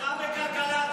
גם בכלכלה אתה לא מבין.